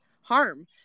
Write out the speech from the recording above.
harm